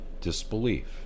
disbelief